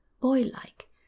boy-like